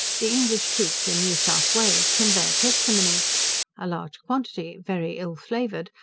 the english troops in new south wales can bear testimony a large quantity, very ill flavoured,